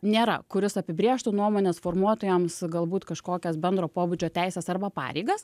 nėra kuris apibrėžtų nuomonės formuotojams galbūt kažkokias bendro pobūdžio teises arba pareigas